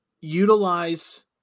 utilize